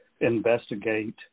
investigate